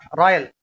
royal